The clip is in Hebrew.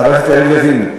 חבר הכנסת יריב לוין,